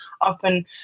often